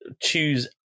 choose